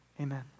Amen